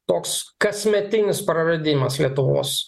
toks kasmetinis praradimas lietuvos